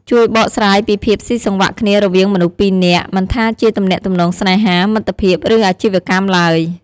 ជួយបកស្រាយពីភាពស៊ីសង្វាក់គ្នារវាងមនុស្សពីរនាក់ មិនថាជាទំនាក់ទំនងស្នេហា មិត្តភាព ឬអាជីវកម្មឡើយ។